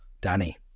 Danny